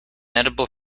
edible